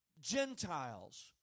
Gentiles